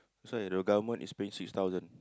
so the government is paying six thousand